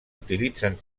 utilitzen